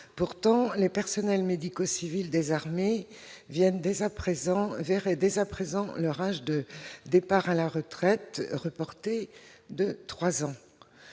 Or les personnels médico-civils des armées verraient dès à présent leur âge de départ à la retraite reporté de trois